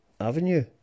avenue